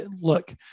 look